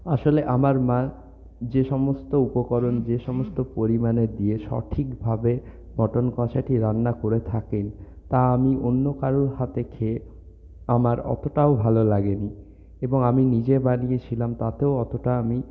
আসলে আমার মা যে সমস্ত উপকরণ যে সমস্ত পরিমাণে দিয়ে সঠিকভাবে মাটন কষাটি রান্না করে থাকেন তা আমি অন্য কারোর হাতে খেয়ে আমার অতটাও ভালো লাগেনি এবং আমি নিজে বানিয়েছিলাম তাতেও অতটা আমি